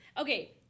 Okay